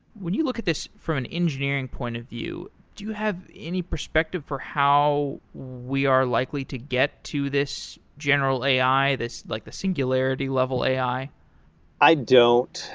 when you look at this from an engineering point of view, do you have any perspective for how we are likely to get to this general a i? like the singularity level a i? i don't.